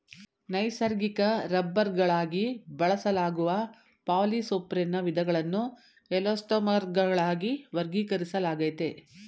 ನೈಸರ್ಗಿಕ ರಬ್ಬರ್ಗಳಾಗಿ ಬಳಸಲಾಗುವ ಪಾಲಿಸೊಪ್ರೆನ್ನ ವಿಧಗಳನ್ನು ಎಲಾಸ್ಟೊಮರ್ಗಳಾಗಿ ವರ್ಗೀಕರಿಸಲಾಗಯ್ತೆ